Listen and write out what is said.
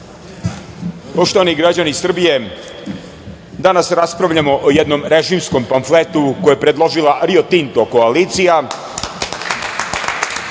Poštovani građani Srbije, danas raspravljamo o jednom režimskom pamfletu koji je predložila Rio Tinto koalicija,